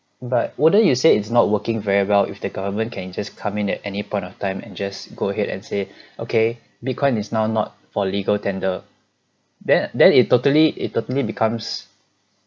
but wouldn't you say it's not working very well if the government can just come in at any point of time and just go ahead and say okay bitcoin is now not for legal tender then then it totally it totally becomes